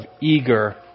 eager